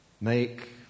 make